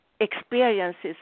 experiences